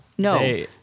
No